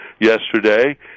yesterday